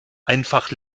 einfach